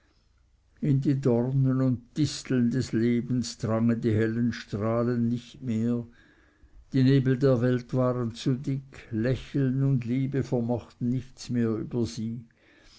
in die dornen und disteln des lebens drangen die hellen strahlen nicht mehr die nebel der welt waren zu dick lächeln und liebe vermochten nichts mehr über sie